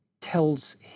tells